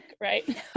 right